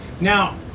Now